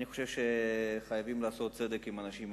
אני חושב שחייבים לעשות צדק עם האנשים האלה,